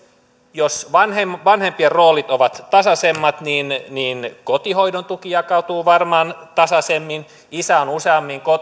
jos vanhempien roolit ovat tasaisemmat niin niin kotihoidon tuki jakautuu varmaan tasaisemmin isä on useammin